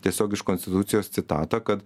tiesiog iš konstitucijos citatą kad